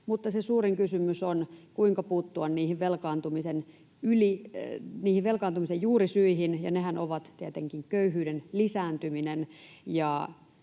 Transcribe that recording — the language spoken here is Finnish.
suurin kysymys on, kuinka puuttua niihin velkaantumisen juurisyihin, ja niitähän ovat tietenkin köyhyyden lisääntyminen.